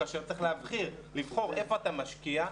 כאשר צריך לבחור איפה אתה משקיע,